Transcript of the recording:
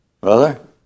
Brother